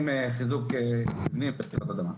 חיזוק מבנים בפני רעידות אדמה.